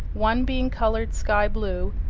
one being colored sky-blue,